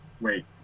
Wait